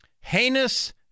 Heinous